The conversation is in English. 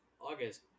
August